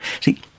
See